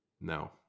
No